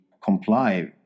comply